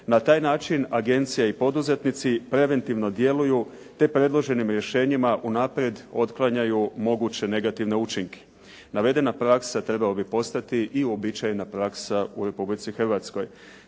Na taj način agencija i poduzetnici preventivno djeluju te predloženim rješenjima unaprijed otklanjaju moguće negativne učinke. Navedena praksa trebala bi postati i uobičajena praksa u Republici Hrvatskoj.